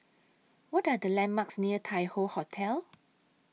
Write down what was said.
What Are The landmarks near Tai Hoe Hotel